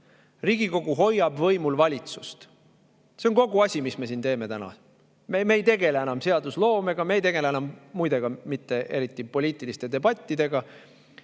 Riigikogu hoiab võimul valitsust. See on kogu asi, mida me siin täna teeme. Me ei tegele enam seadusloomega, me ei tegele enam, muide, eriti ka poliitiliste debattidega.